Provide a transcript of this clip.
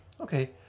Okay